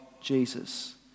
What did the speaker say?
Jesus